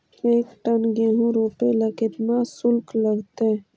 एक टन गेहूं रोपेला केतना शुल्क लगतई?